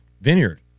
vineyard